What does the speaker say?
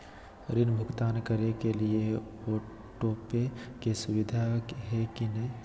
ऋण भुगतान करे के लिए ऑटोपे के सुविधा है की न?